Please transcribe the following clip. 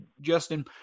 Justin